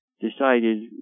decided